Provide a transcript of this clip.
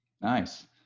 Nice